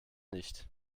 nicht